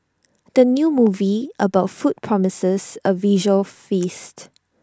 the new movie about food promises A visual feast